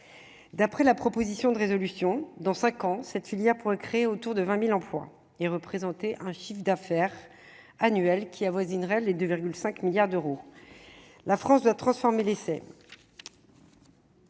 d'après la proposition de résolution dans 5 ans, cette filière pour créer autour de 20000 emplois et représenter un chiffre d'affaires annuel qui avoisinerait les 2,5 milliards d'euros, la France doit transformer l'essai.